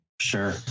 Sure